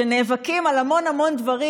שנאבקים על המון המון דברים,